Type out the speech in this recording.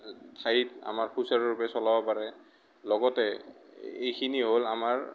ঠাইত আমাৰ সুচাৰুৰূপে চলাব পাৰে লগতে এইখিনি হ'ল আমাৰ